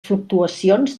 fluctuacions